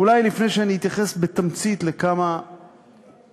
אולי לפני שאני אתייחס בתמצית לכמה נקודות,